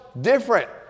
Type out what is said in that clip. different